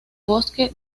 bosque